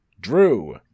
Drew